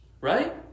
Right